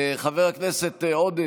חבר הכנסת עודה,